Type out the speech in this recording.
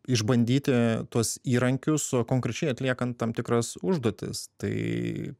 išbandyti tuos įrankius su konkrečiai atliekant tam tikras užduotis tai